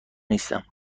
نیستم